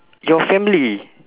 your family